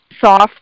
soft